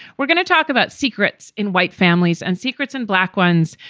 we're going to talk about secrets in white families and secrets and black ones,